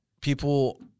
people –